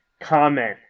comment